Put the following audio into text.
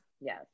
yes